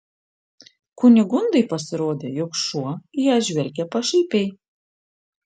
kunigundai pasirodė jog šuo į ją žvelgia pašaipiai